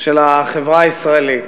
של החברה הישראלית?